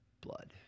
blood